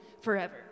forever